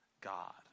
God